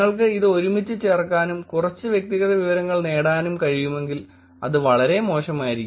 നിങ്ങൾക്ക് ഇത് ഒരുമിച്ച് ചേർക്കാനും കുറച്ച് വ്യക്തിഗത വിവരങ്ങൾ നേടാനും കഴിയുമെങ്കിൽ ഇത് വളരെ മോശമായിരിക്കും